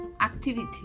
activity